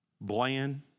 Bland